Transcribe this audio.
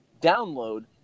download